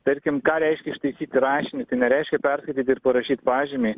tarkim ką reiškia išlaikyti rašinį tai nereiškia perskaityt ir parašyt pažymį